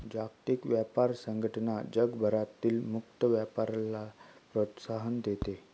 जागतिक व्यापार संघटना जगभरातील मुक्त व्यापाराला प्रोत्साहन देते